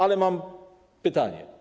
Ale mam pytanie.